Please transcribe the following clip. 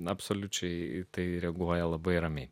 absoliučiai į tai reaguoja labai ramiai